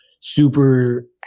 super